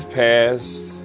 passed